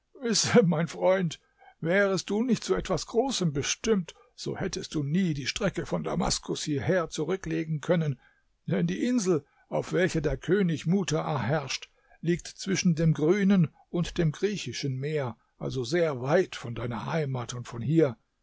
mein freund wärest du nicht zu etwas großem bestimmt so hättest du nie die strecke von damaskus hierher zurücklegen können denn die insel auf welcher der könig mutaa herrscht liegt zwischen dem grünen und dem griechischen meer also sehr weit von deiner heimat und von hier